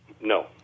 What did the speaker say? No